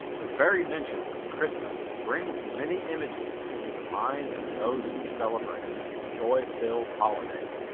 the very mention of christmas brings many images into the minds of those who celebrate the joy-filled holiday.